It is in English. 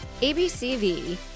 ABCV